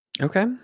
Okay